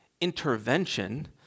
intervention